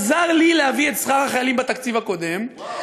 עזר לי להביא את שכר החיילים בתקציב הקודם, וואו.